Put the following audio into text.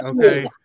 okay